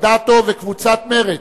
אדטו וקבוצת סיעת מרצ,